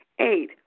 Eight